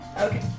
okay